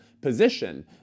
position